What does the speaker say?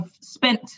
spent